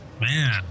Man